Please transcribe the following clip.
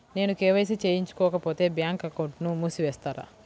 నేను కే.వై.సి చేయించుకోకపోతే బ్యాంక్ అకౌంట్ను మూసివేస్తారా?